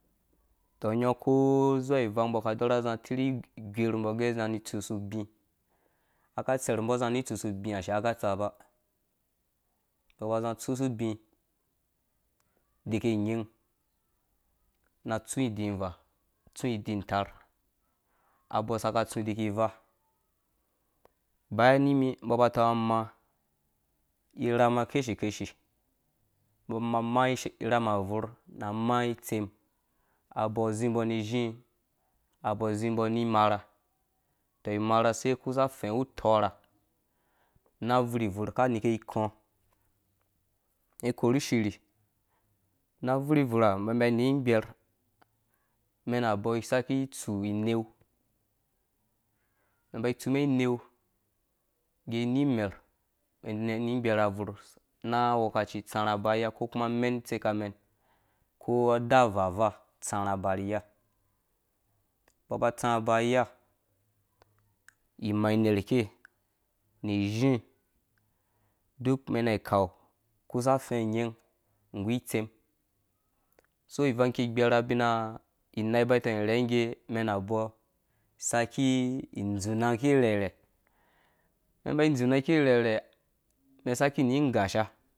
Tɔ ngɔ nyangɔ ko zuwa ivang mbɔ ka dɔra zi tirhi gwiir mbɔ gɛ a zi ni tsesu ubĩ diki nyim na tsũ din vaa tsũ din taar abɔɔ saka tsu diki ivaa bayani mi mbɔ ba tɔngamaa irham keshi keshi mbɔ ba maa irham abvor maa itsem abɔɔ zimbo ni izbi abɔɔ zimbɔ ni imarha tɔ imarha sei kusa fẽ wu tɔrha na buurbvur kanike ikɔ mɛn korhu shirhi na buurbuur ha mɛn ba tirhi gbɛr mɛn abɔɔ saki tsu ineu ba tsumɛn ineu ni mer mi dɛɛ ni gbɛr abvur na gwhɛ̃kaci tsarhã ba ni iya ko kuma mɛn tsikamɛn ko adaa vaava tsarha ba ni iya mbɔ ba tsa ba ni iya imainer kei ni izhi duk mɛnna kau kusa fɛ̃nyin nggu itsɛm soo ivang ki gbɛra bina inai ba tɔng irhengge mɛn abɔɔ saki dzuna ki rherhɛ mɛn ba dzuna ki rherhe mɛn saki ni gosha.